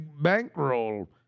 bankroll